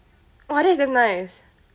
!wah! that is damn nice